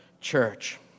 church